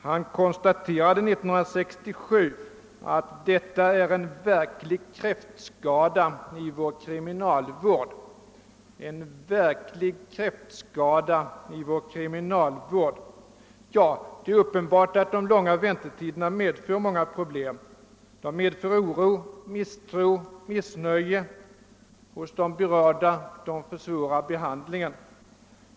Han konstaterade 1967 att detta är »en verklig kräftskada i vår kriminalvård». Det är alltså uppenbart att de långa väntetiderna medför många problem. De medför oro, misstro och missnöje hos de berörda — de försvårar behandlingen.